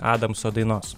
adamso dainos